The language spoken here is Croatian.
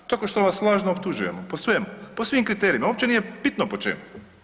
Tako što vas lažno optužujemo, po svemu, po svim kriterijima uopće nije bitno po čemu.